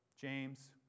James